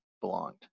belonged